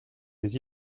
mais